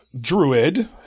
druid